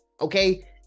Okay